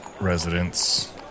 residents